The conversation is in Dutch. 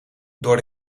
door